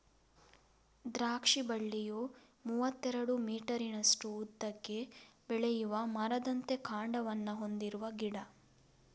ದ್ರಾಕ್ಷಿ ಬಳ್ಳಿಯು ಮೂವತ್ತೆರಡು ಮೀಟರಿನಷ್ಟು ಉದ್ದಕ್ಕೆ ಬೆಳೆಯುವ ಮರದಂತೆ ಕಾಂಡವನ್ನ ಹೊಂದಿರುವ ಗಿಡ